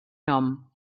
nom